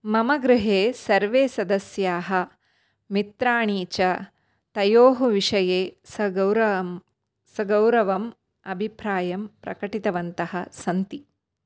मम गृहे सर्वे सदस्याः मित्राणि च तयोः विषये सगौरं सगौरवम् अभिप्रायं प्रकटितवन्तः सन्ति